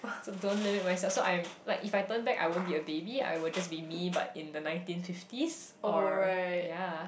so don't limit myself so I'm like if I turn back I won't be a baby I will just be me but in the nineteen fifties or ya